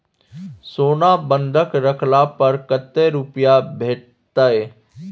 सोना बंधक रखला पर कत्ते रुपिया भेटतै?